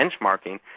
benchmarking